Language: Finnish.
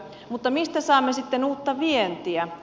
mutta mistä saamme sitten uutta vientiä